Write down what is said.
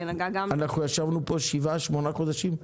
אנחנו ישבנו כאן שבעה-שמונה חודשים.